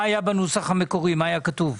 מה היה בנוסח המקורי, מה היה כתוב?